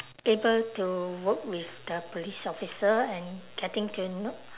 able to work with the police officer and getting to know